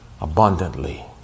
abundantly